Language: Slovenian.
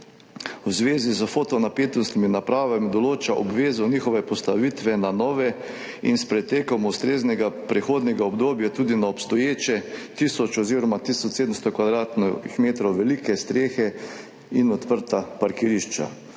V zvezi s fotonapetostnimi napravami določa obvezo njihove postavitve na nove in s pretekom ustreznega prehodnega obdobja tudi na obstoječe tisoč oziroma tisoč 700 kvadratnih metrov velike strehe in odprta parkirišča.